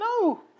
No